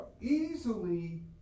easily